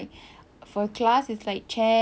they have different ya